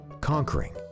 conquering